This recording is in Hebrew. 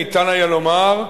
היה אפשר לומר,